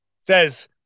says